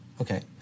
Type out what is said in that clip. Okay